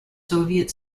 soviet